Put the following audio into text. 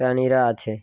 প্রেণীরা আছে